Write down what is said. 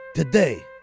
Today